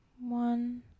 one